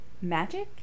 Magic